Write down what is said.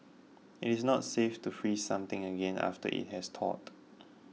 it is not safe to freeze something again after it has thawed